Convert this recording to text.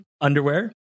underwear